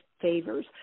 favors